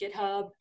GitHub